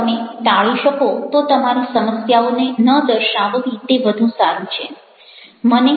જો તમે ટાળી શકો તો તમારી સમસ્યાઓને ન દર્શાવવી તે વધુ સારું છે